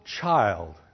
child